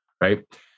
right